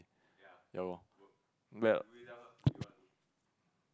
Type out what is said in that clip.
ya lor